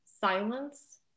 silence